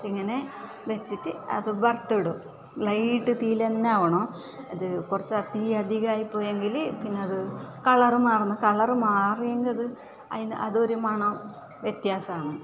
ഇങ്ങനെ വെച്ചിട്ട് അത് വറുത്തിടും ലൈറ്റ് തീയിൽ തന്നെ ആകണം അത് കുറച്ച് തീയധികമായി പോയങ്കില് പിന്നെ അത് കളറ് മാറും കളറ് മാറിയെങ്കില് അത് അതിൻ്റെ അതോര് മണം വ്യത്യാസമാകും